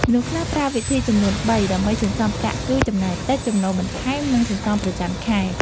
មនុស្សខ្លះប្រើវិធីចំនួនបី ដើម្បីសន្សុំប្រាក់គឺ ចំណាយតិច, ចំណូលបន្ថែម, និងសន្សុំប្រចាំថ្ងៃ។